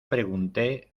pregunté